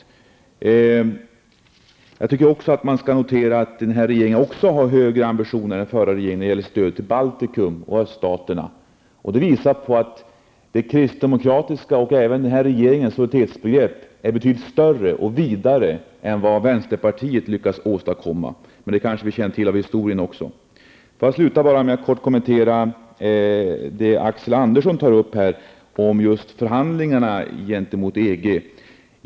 Vidare tycker jag att det bör noteras att den här regeringen har en högre ambitionsnivå än den förra regeringen också när det gäller stödet till Baltikum och öststaterna. Det visar att kristdemokraternas, och även regeringens, solidaritetsbegrepp är betydligt mera omfattande än det som vänsterpartiet har lyckats åstadkomma. Men det är nog bekant från historien. Avslutningsvis vill jag helt kort kommentera det som Axel Andersson säger om just förhandlingarna gentemot EG.